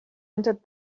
entered